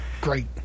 Great